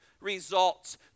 results